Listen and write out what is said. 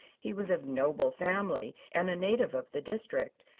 he was of noble family and a native of the district.